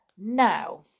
Now